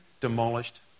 demolished